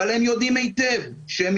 צריך שיהיה פיקוח כמו שצריך על המוצרים,